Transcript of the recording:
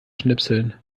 schnipseln